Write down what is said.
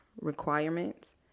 requirements